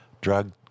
drug